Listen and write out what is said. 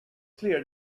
clear